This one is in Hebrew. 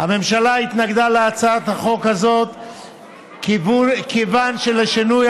הממשלה התנגדה להצעת החוק הזאת כיוון שלשינוי